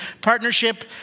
partnership